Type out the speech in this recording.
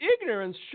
ignorance